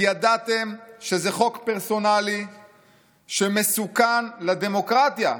כי ידעתם שזה חוק פרסונלי שמסוכן לדמוקרטיה,